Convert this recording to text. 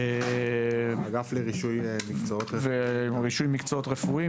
ורישוי מקצועות רפואיים,